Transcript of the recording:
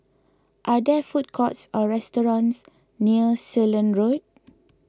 are there food courts or restaurants near Ceylon Road